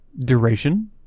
Duration